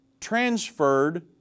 transferred